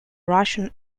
russian